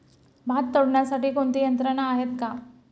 भात तोडण्यासाठी कोणती यंत्रणा आहेत का?